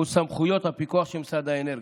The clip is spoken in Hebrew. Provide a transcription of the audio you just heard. ולסמכויות הפיקוח של משרד האנרגיה.